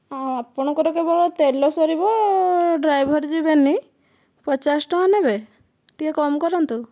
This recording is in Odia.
ଆପଣଙ୍କର କେବଳ ତେଲ ସରିବ ଡ୍ରାଇଭର୍ ଯିବେନି ପଚାଶ ଟଙ୍କା ନେବେ ଟିକିଏ କମ୍ କରନ୍ତୁ